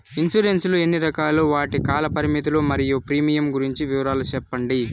Insurance లు ఎన్ని రకాలు? వాటి కాల పరిమితులు మరియు ప్రీమియం గురించి వివరాలు సెప్పండి?